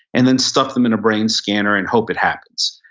and then stuff them in a brain scanner and hope it happens.